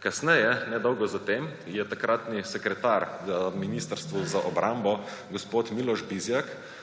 Kasneje, ne dolgo za tem, je takratni sekretar na Ministrstvu za obrambo gospod Miloš Bizjak